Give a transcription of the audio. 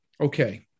okay